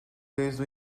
desde